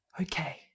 okay